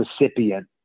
recipient